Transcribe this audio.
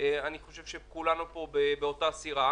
אני חושב שכולנו פה באותה סירה.